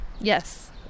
Yes